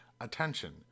attention